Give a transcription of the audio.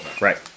Right